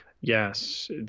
Yes